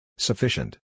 Sufficient